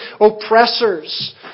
oppressors